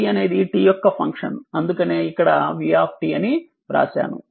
v అనేది t యొక్క function అందుకనే ఇక్కడ v అని వ్రాసాను